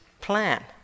plan